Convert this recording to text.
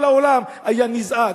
כל העולם היה נזעק.